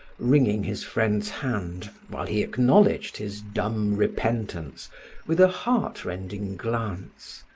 wringing his friend's hand, while he acknowledged his dumb repentance with a heart-rending glance.